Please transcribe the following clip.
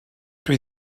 dwi